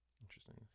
Interesting